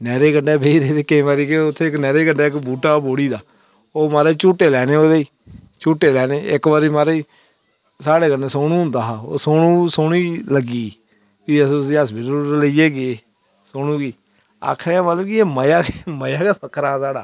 नैह्रे कंढै बेही रेह् ते केईं बारी केह् होंदा कि उत्थें इक्क बूह्टा बोह्ड़ी दा ओह् म्हाराज झूटै लैने ओह्दे ई झूटे लैने इक्क बारी म्हाराज साढ़े इक्क सोनू होंदा हा ओह् सोनी गी लग्गी भी अस हॉस्पिटल लेइयै गै सोनू गी आक्खने दा मतलब ऐ कि एह् मज़ा गै बक्खरा ऐ